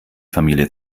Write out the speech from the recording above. familie